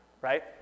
Right